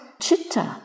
Chitta